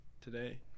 today